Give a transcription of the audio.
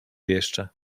jeszcze